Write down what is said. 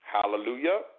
Hallelujah